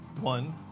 one